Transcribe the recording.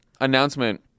announcement